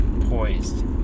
poised